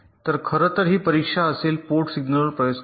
तर खरं तर ही परीक्षा असेल पोर्ट सिग्नलमध्ये प्रवेश करा